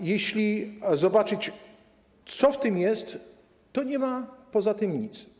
A jeśli zobaczyć, co w tym jest, to nie ma poza tym nic.